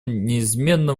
неизменно